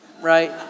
right